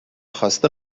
خواسته